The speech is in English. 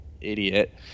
idiot